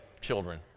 children